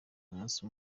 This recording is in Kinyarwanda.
umunsi